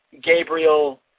Gabriel